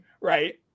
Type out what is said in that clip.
right